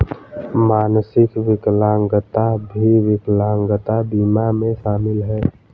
मानसिक विकलांगता भी विकलांगता बीमा में शामिल हैं